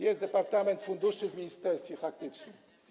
Jest departament funduszy w ministerstwie, faktycznie.